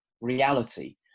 reality